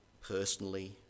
personally